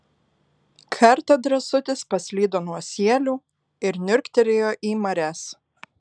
kartą drąsutis paslydo nuo sielių ir niurktelėjo į marias